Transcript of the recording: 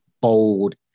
bold